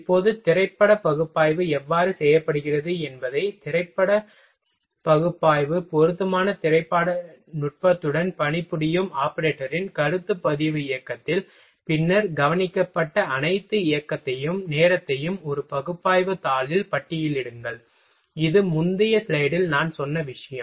இப்போது திரைப்பட பகுப்பாய்வு எவ்வாறு செய்யப்படுகிறது என்பதைத் திரைப்பட பகுப்பாய்வு பொருத்தமான திரைப்பட நுட்பத்துடன் பணிபுரியும் ஆபரேட்டரின் கருத்து பதிவு இயக்கத்தில் பின்னர் கவனிக்கப்பட்ட அனைத்து இயக்கத்தையும் நேரத்தையும் ஒரு பகுப்பாய்வு தாளில் பட்டியலிடுங்கள் இது முந்தைய ஸ்லைடில் நான் சொன்ன விஷயம்